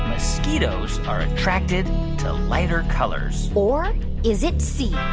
mosquitoes are attracted to lighter colors? or is it c,